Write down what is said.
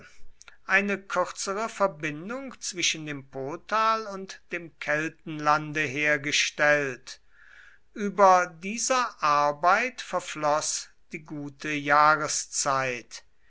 eine kürzere verbindung zwischen dem potal und dem keltenlande hergestellt über dieser arbeit verfloß die gute jahreszeit